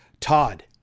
Todd